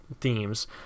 themes